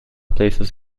places